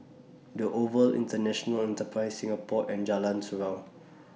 The Oval International Enterprise Singapore and Jalan Surau